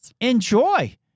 enjoy